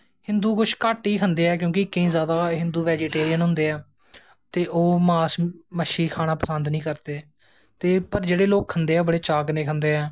हिन्दू घट्ट गै खंदे ऐं क्योंकि हिन्दू जादा बैजिटेरियन होंदे ऐं ते ओह् मांस मच्छी खानां पसंद नी करदे ते पर जेह़्े लोग खंदे ऐं ओह् बड़े चाऽ कन्नैं खंदे ऐ